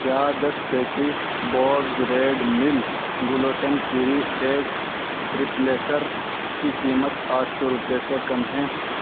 کیا دس packet Bob's Red Mill gluten free egg replacer کی قیمت آٹھ سو روپے سے کم ہیں